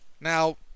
Now